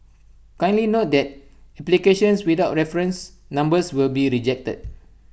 kindly note that applications without reference numbers will be rejected